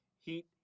heat